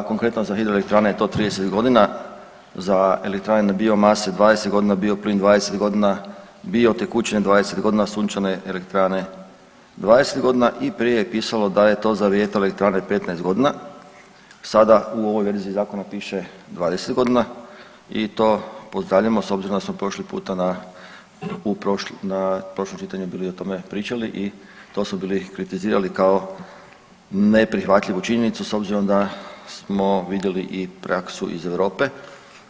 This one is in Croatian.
Za, konkretno za hidroelektrane je 30 godina, za elektrane na biomase 20, bioplin 20 godina biotekućine 20 godina, sunčane elektrane 20 godina i prije je pisalo da je to za vjetroelektrane 15 godina, sada u ovoj verziji zakona piše 20 godina i to pozdravljamo s obzirom da smo prošli puta na prošlom čitanju bili o tome pričali i to su bili kritizirali kao neprihvatljivu činjenicu s obzirom da smo vidjeli i praksu iz Europe